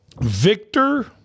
Victor